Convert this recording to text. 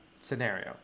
scenario